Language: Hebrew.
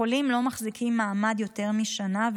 החולים לא מחזיקים מעמד יותר משנה,